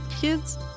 kids